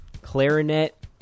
clarinet